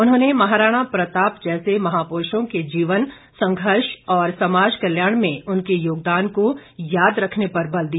उन्होंने महाराणा प्रताप जैसे महापुरुषों के जीवन संघर्ष और समाज कल्याण में उनके योगदान को याद रखने पर बल दिया